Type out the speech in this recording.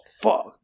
fuck